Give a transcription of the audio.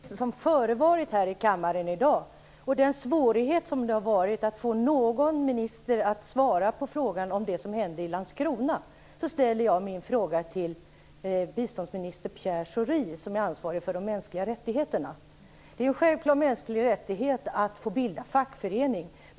Fru talman! Med anledning av det som förevarit här i kammaren i dag och svårigheterna att få någon minister att svara på frågan om det som hände i Pierre Schori, som är ansvarig för de mänskliga rättigheterna. Det är en självklar mänsklig rättighet att få bilda fackförening.